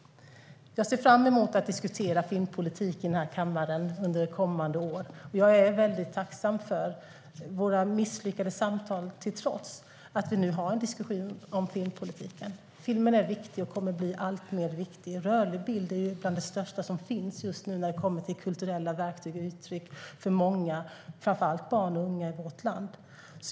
Jag ser fram emot att diskutera filmpolitik i den här kammaren under kommande år, och jag är tacksam för, våra misslyckade samtal till trots, att vi nu har en diskussion om filmpolitiken. Filmen är viktig och kommer att bli allt viktigare. Rörlig bild är ju bland det största som finns just nu när det gäller kulturella verktyg och uttryck för många, framför allt barn och unga, i vårt land.